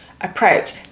approach